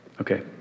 Okay